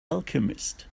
alchemist